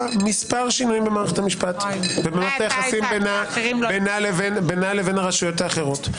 מספר שינויים במערכת המשפט ובמערכת היחסים בינה לרשויות האחרות.